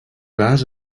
gas